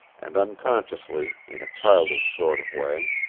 and unconsciously, in a childish sort of way,